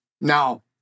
Now